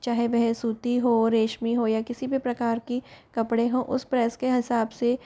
चाहे वह सूती हो रेशमी हो या किसी भी प्रकार की कपड़ें हो उस प्रेस के हिसाब से